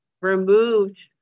removed